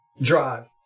drive